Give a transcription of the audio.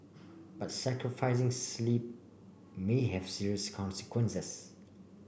but sacrificing sleep may have serious consequences